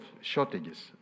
shortages